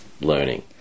learning